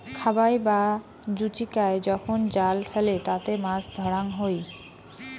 খাবাই বা জুচিকায় যখন জাল ফেলে তাতে মাছ ধরাঙ হই